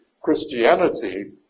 Christianity